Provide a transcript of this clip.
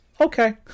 okay